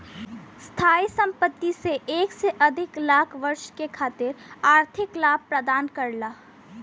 स्थायी संपत्ति से एक से अधिक लेखा वर्ष के खातिर आर्थिक लाभ प्रदान करला